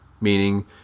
meaning